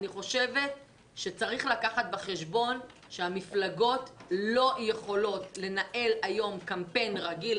אני חושבת שצריך לקחת בחשבון שהמפלגות לא יכולות לנהל היום קמפיין רגיל,